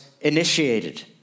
initiated